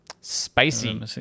Spicy